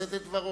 לשאת את דברו.